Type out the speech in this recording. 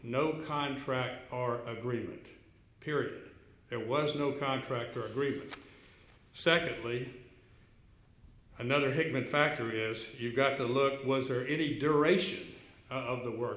no contract or agreement appeared there was no contract or agreement secondly another hickman factory as you got to look was there any duration of the work